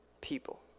people